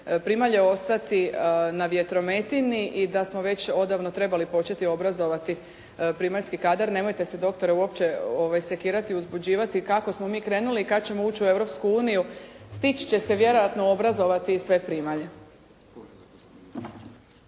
primalje ostati na vjetrometini i da smo već odavno trebali početi obrazovati primaljski kadar. Nemojte se doktore uopće sekirati, uzbuđivati, kako smo mi krenuli i kada ćemo ući u Europsku uniju stići će se vjerojatno obrazovati sve primalje.